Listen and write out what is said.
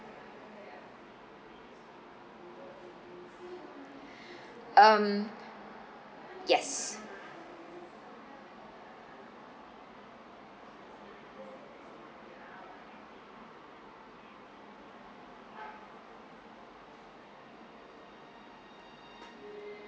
um yes